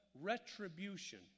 retribution